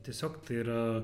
tiesiog tai yra